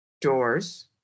doors